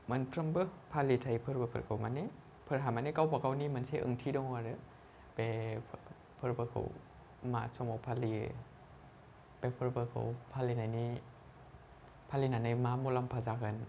मोनफ्रोमबो फालिथाय फोरबोफोरखौ माने फोरहा माने गावबा गावनि ओंथि दङ आरो बे फोरबोखौ मा समाव फालियो बे फोरबोखौ फालिनायनि फालिनानै मा मुलाम्फा जागोन